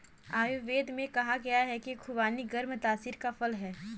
आयुर्वेद में कहा गया है कि खुबानी गर्म तासीर का फल है